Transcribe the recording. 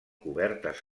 cobertes